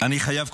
אני חייב,